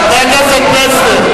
חבר הכנסת פלסנר.